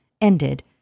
ended